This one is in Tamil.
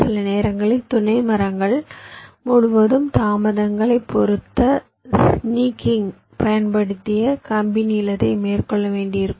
சில நேரங்களில் துணை மரங்கள் முழுவதும் தாமதங்களை பொருத்த ஸ்னீக்கிங் பயன்படுத்தி கம்பி நீளத்தை மேற்கொள்ள வேண்டியிருக்கும்